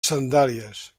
sandàlies